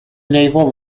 naval